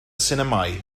sinemâu